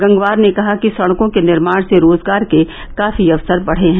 गंगवार ने कहा कि सड़कों के निर्माण से रोजगार के काफी अवसर बढ़े हैं